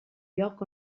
lloc